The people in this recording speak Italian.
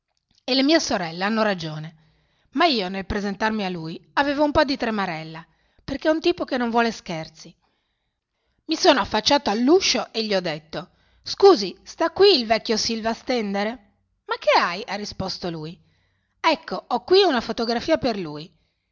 e le mie sorelle hanno ragione ma io nel presentarmi a lui avevo un po di tremarella perché è un tipo che non vuole scherzi i sono affacciato all'uscio e gli ho detto scusi sta qui il vecchio silva stendere ma che hai ha risposto ecco ho qui una fotografia per lui